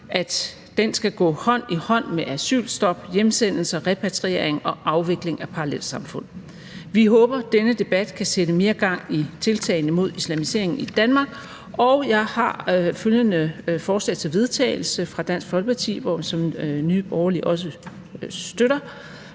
at den skal gå hånd i hånd med asylstop, hjemsendelser, repatriering og afvikling af parallelsamfund. Vi håber, at denne debat kan sætte mere gang i tiltagene mod islamiseringen i Danmark. Kl. 15:42 Den fg. formand (Erling Bonnesen): Tak for nu. Det var begrundelsen.